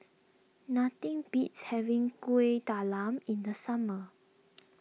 nothing beats having Kuih Talam in the summer